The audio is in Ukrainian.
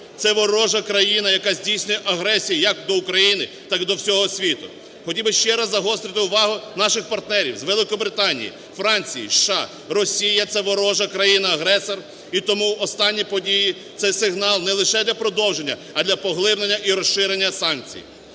Це ворожа країна, яка здійснює агресію як до України, так і до всього світу. Хотів би ще раз загострити увагу наших партнерів з Великобританії, Франції, США: Росія – це ворожа країна-агресор. І тому останні події це сигнал не лише для продовження, а для поглиблення і розширення санкцій.